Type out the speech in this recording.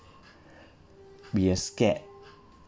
we are scared